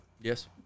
Yes